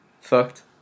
fucked